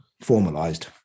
formalized